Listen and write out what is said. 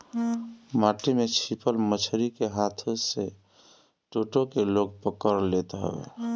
माटी में छिपल मछरी के हाथे से टो टो के लोग पकड़ लेत हवे